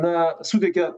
na suteikė